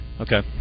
Okay